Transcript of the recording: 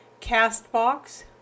CastBox